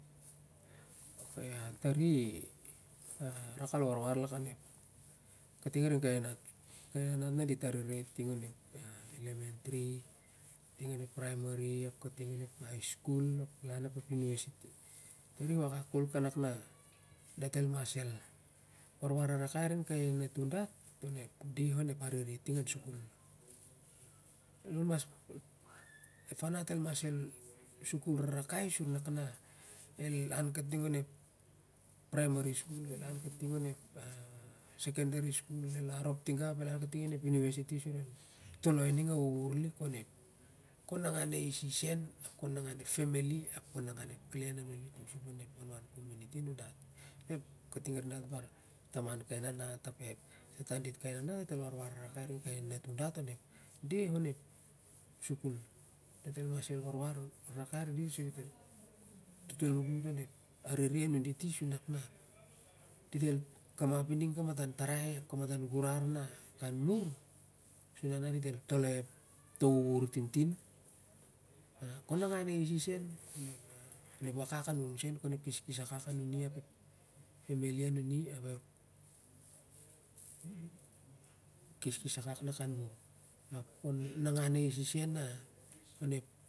Okay tari a rak al warwar lakan ep kai nenat na dit avere ting onep elementary o ting ep primary ting onep high school ting an university tari wakwak kol avak al warwar wawakai ain kai nanatur dat onep deh op sukul farat el mas sukul rarkai sin rak na el ai kating onep primary school el an kating onep secondary school el arop ligen ol toloi ning a ihur lik kon nan gan ais i sen ap kon nangan ep family kon nangan dat ting onep family kon nangan klen ting sup lon ep wanwan community nindati